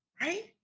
Right